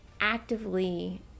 actively